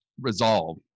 resolve